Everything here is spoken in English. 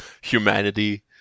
humanity